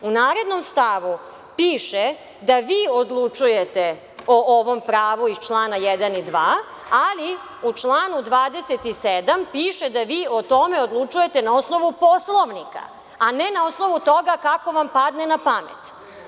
U narednom stavu piše da vi odlučujete o ovom pravu iz člana 1. i 2, ali u članu 27. piše da vi o tome odlučujete na osnovu Poslovnika, a ne na osnovu toga kako vam padne napamet.